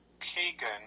Keegan